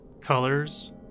colors